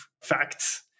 facts